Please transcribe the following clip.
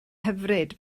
hyfryd